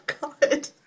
God